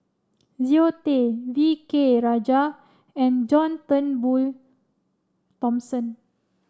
Zero Tay V K Rajah and John Turnbull Thomson